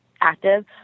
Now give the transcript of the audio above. active